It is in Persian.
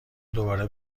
دوباره